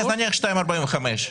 נניח 2.45,